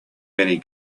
many